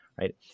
right